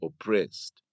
oppressed